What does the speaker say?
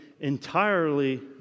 entirely